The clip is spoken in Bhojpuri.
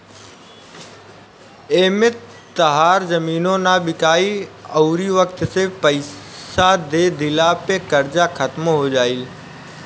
एमें तहार जमीनो ना बिकाइ अउरी वक्त से पइसा दे दिला पे कर्जा खात्मो हो जाई